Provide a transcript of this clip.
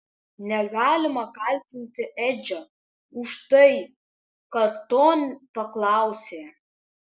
negalima kaltinti edžio už tai kad to paklausė